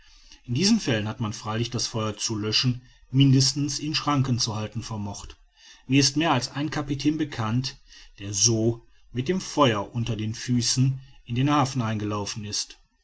in diesen fällen hatte man freilich das feuer zu löschen mindestens in schranken zu halten vermocht mir ist mehr als ein kapitän bekannt der so mit dem feuer unter den füßen in den hafen eingelaufen ist